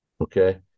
okay